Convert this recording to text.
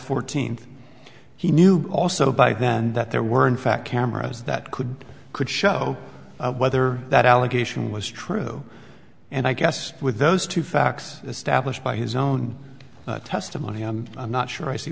fourteenth he knew also by then that there were in fact cameras that could could show whether that allegation was true and i guess with those two facts established by his own testimony i'm not sure i see